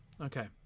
Okay